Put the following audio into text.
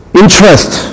interest